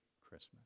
Christmas